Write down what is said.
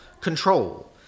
control